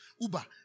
Uber